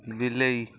ବିଲେଇ